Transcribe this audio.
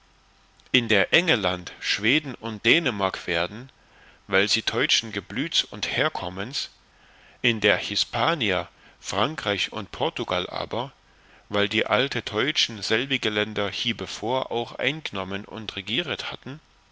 in engelland schweden und dennemark werden weil sie teutschen geblüts und herkommens der in hispania frankreich und portugal aber weil die alte teutschen selbige länder hiebevor auch eingenommen und regieret haben